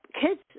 Kids